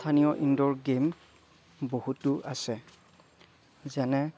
স্থানীয় indoor game বহুতো আছে যেনে